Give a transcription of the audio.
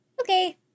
okay